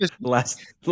last